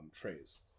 trays